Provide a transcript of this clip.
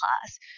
class